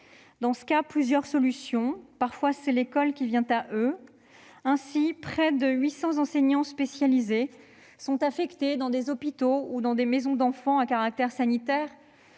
existe alors plusieurs solutions. Parfois, c'est l'école qui vient à eux. Ainsi, près de 800 enseignants spécialisés sont affectés dans les hôpitaux ou dans des maisons d'enfants à caractère sanitaire.